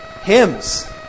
Hymns